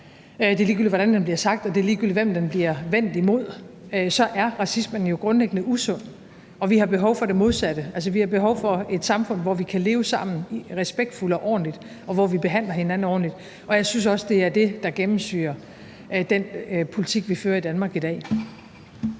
udtryk, ligegyldigt hvordan det bliver sagt, og ligegyldigt hvem det bliver vendt imod, så er racisme jo grundlæggende usundt, og vi har behov for det modsatte. Altså, vi har behov for et samfund, hvor vi kan leve sammen respektfuldt og ordentligt, og hvor vi behandler hinanden ordentligt, og jeg synes også, det er det, der gennemsyrer den politik, vi fører i Danmark i dag.